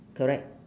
correct